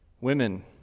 Women